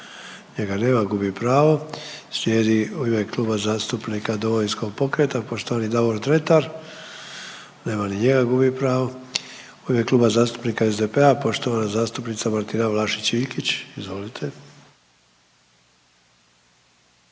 njega nema, gubi pravo. Slijedi u ime Kluba zastupnika Domovinskog pokreta poštovani Davor Dretar, nema ni njega, gubi pravo. U ime Kluba zastupnika SDP-a poštovana zastupnica Martina Vlašić Iljkić. Izvolite.